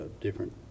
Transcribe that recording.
different